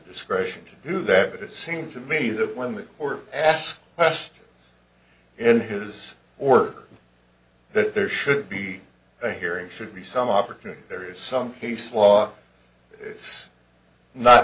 discretion to do that but it seems to me that when the court asked west in his order that there should be a hearing should be some opportunity there is some case law it's not